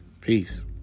Peace